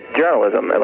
journalism